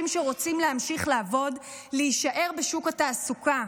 שרוצים להמשיך לעבוד להישאר בשוק התעסוקה.